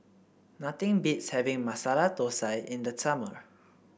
nothing beats having Masala Thosai in the summer